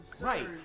Right